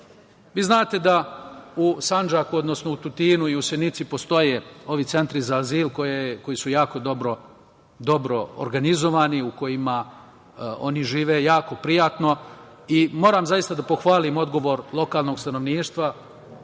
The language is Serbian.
znate da u Sandžaku, odnosno u Tutinu i u Senici postoje ovi centri za azil koji su jako dobro organizovani, u kojima oni žive jako prijatno i moram zaista da pohvalim odgovor lokalnog stanovništva.